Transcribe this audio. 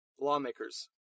lawmakers